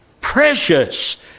precious